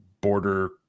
border